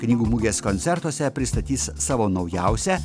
knygų mugės koncertuose pristatys savo naujausią